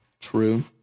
true